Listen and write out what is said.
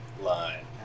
line